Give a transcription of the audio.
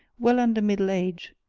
well under middle age,